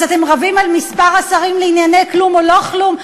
אז אתם רבים על מספר השרים לענייני כלום או לא כלום?